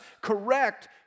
correct